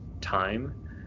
time